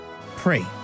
Pray